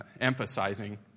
emphasizing